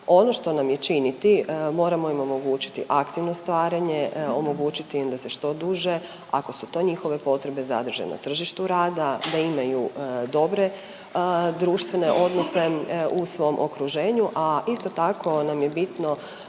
Ono što nam je činiti, moramo im omogućiti aktivno starenje, omogućiti im da se što duže, ako su to njihove potrebe, zadrže na tržištu rada, da imaju dobre društvene odnose u svom okruženju, a isto tako nam je bitno